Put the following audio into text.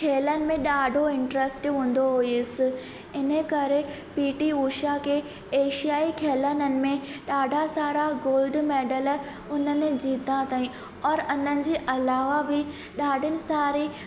खेलनि में ॾाढो इंट्रस्ट हूंदो हुअसि इन करे पीटी उषा के एशियाई खेलननि में ॾाढा सारा गोल्ड मैडल उन्हनि जिता ताईं औरि उन जे अलावा बि ॾाढे सारी